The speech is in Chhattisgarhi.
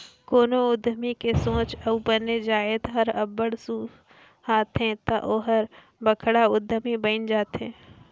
कोनो उद्यमी के सोंच अउ बने जाएत हर अब्बड़ सुहाथे ता ओहर बड़खा उद्यमी बइन जाथे